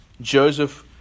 Joseph